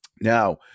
Now